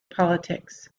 politics